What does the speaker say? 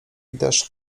deszcz